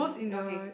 okay